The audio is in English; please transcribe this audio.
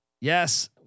Yes